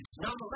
Nonetheless